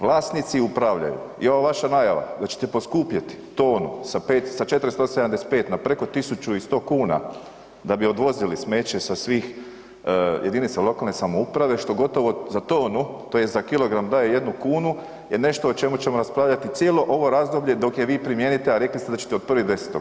Vlasnici upravljaju i ova vaša najava da ćete poskupjeti tonu sa 475 na preko 1100 da bi odvozili smeće sa svih jedinica lokalne samouprave što gotovo za tonu tj. za kilogram daje jednu kunu je nešto o čemu ćemo raspravljati cijelo ovo razdoblje dok je vi primijenite a rekli ste da ćete od 1.10.